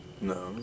No